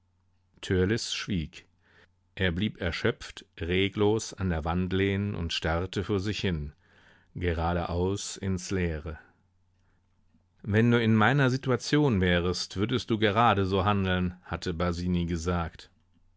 schwieg er blieb erschöpft reglos an der wand lehnen und starrte vor sich hin geradeaus ins leere wenn du in meiner situation wärest würdest du geradeso handeln hatte basini gesagt